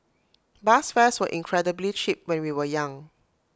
bus fares were incredibly cheap when we were young